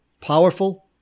powerful